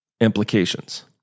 implications